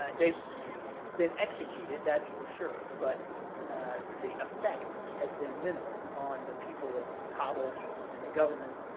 ah they've been executed that's for sure but the effect has been minimal on the people of kabul and the government